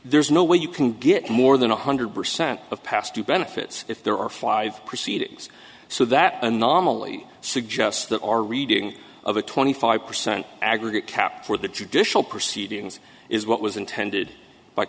there's no way you can get more than one hundred percent of pasty benefits if there are five proceedings so that anomaly suggests that our reading of a twenty five percent aggregate cap for the judicial proceedings is what was intended by